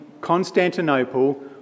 Constantinople